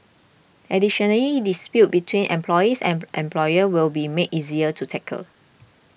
additionally disputes between employees and employers will be made easier to tackle